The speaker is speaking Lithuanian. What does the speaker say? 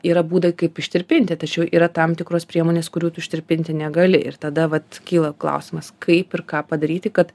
yra būdai kaip ištirpinti tačiau yra tam tikros priemonės kurių tu ištirpinti negali ir tada vat kyla klausimas kaip ir ką padaryti kad